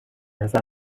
نظر